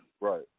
right